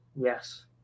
Yes